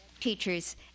teachers